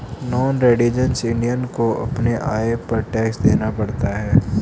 non resident Indian को अपने आय पर टैक्स देना पड़ता है